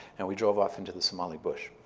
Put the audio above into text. and we drove off into the somali bush,